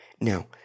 Now